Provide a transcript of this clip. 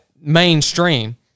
mainstream